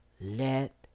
Let